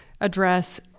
address